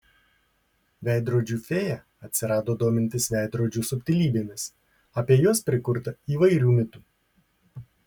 veidrodžių fėja atsirado domintis veidrodžių subtilybėmis apie juos prikurta įvairių mitų